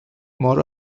more